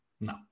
No